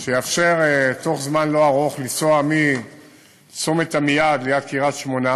שיאפשר בתוך זמן לא ארוך לנסוע מצומת עמיעד ליד קריית-שמונה